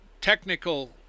technical